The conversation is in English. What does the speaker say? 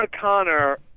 Connor